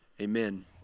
Amen